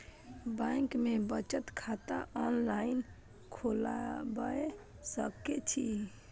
Bank में बचत खाता ऑनलाईन खोलबाए सके छी?